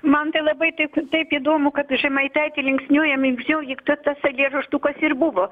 man tai labai taip taip įdomu kad žemaitaitį linksniuojam linksniuo juk ta tas eilėraštukas ir buvo